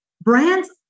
brands